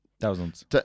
thousands